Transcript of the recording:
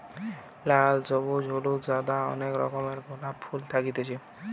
লাল, সবুজ, হলুদ, সাদা অনেক রকমের গোলাপ ফুল থাকতিছে